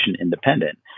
independent